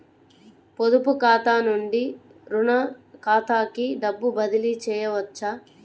పొదుపు ఖాతా నుండీ, రుణ ఖాతాకి డబ్బు బదిలీ చేయవచ్చా?